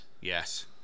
Yes